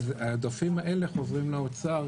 העודפים האלה חוזרים לאוצר,